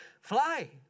fly